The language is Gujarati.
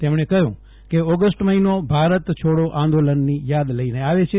તેમણે કહયું કે ઓગષ્ટ મહિનો ભારત છોડો આંદોલનની યાદ લઈને આવે છે